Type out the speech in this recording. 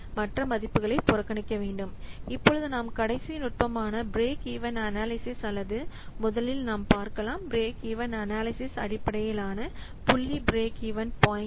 slide நேரம் 2635 ஐப் பார்க்கவும் இப்பொழுது நாம் கடைசி நுட்பமான பிரேக் ஈவன் அனாலிசிஸ் அல்லது முதலில் நாம் பார்க்கலாம் பிரேக் ஈவன் அனலைசிஸ் அடிப்படையான புள்ளி பிரேக் ஈவன் பாயின்ட்